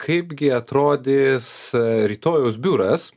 kaipgi atrodys rytojaus biuras